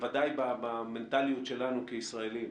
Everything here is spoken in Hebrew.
בוודאי במנטליות שלנו כישראלים,